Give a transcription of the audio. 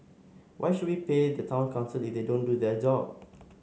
why should we pay the town council if they didn't do their job